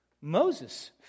Moses